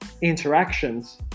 interactions